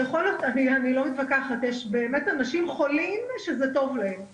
ואני לא מתווכחת כי יש באמת אנשים חולים שזה טוב להם,